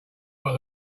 got